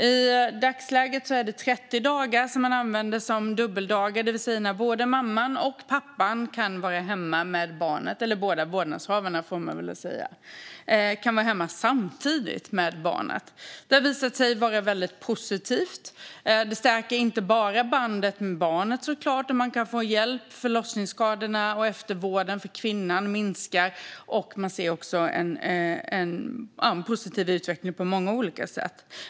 I dagsläget är det 30 dagar som används som dubbeldagar, det vill säga när både mamman och pappan, eller båda vårdnadshavarna, kan vara hemma samtidigt med barnet. Det har visat sig vara väldigt positivt. Det stärker inte bara bandet med barnet. Man kan få hjälp, och förlossningsskadorna och eftervården för kvinnan minskar. Man ser en positiv utveckling på många olika sätt.